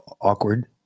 awkward